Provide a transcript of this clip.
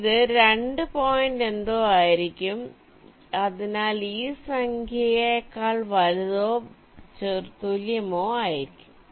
ഇത് 2 പോയിന്റ് എന്തോ ആയിരിക്കും അതിനാൽ ഈ സംഖ്യയെക്കാൾ വലുതോ തുല്യമോ ആയിരിക്കും